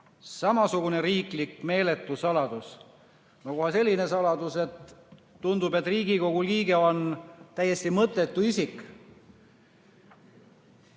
Samasugune meeletu riiklik saladus, kohe selline saladus, et tundub, et Riigikogu liige on täiesti mõttetu isik.